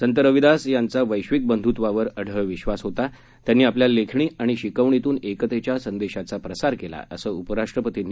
संत रविदास यांचा वैश्विक बंधुत्वावर अढळ विश्वास होता त्यांनी आपल्या लेखणी आणि शिकवणीतून एकतेच्या संदेशाचा प्रसार केला असं उपराष्ट्रपती एम